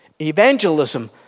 Evangelism